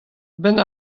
benn